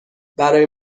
برای